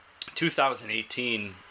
2018